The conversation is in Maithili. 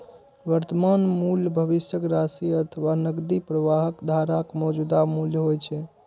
वर्तमान मूल्य भविष्यक राशि अथवा नकदी प्रवाहक धाराक मौजूदा मूल्य होइ छै